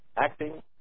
acting